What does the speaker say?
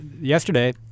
yesterday